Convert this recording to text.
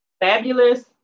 Fabulous